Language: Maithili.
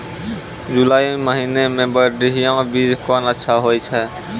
जुलाई महीने मे बढ़िया बीज कौन अच्छा होय छै?